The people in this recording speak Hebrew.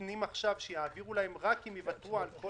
מתנים עכשיו שיעבירו להם רק אם יוותרו על כל